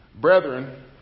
Brethren